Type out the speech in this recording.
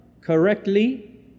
correctly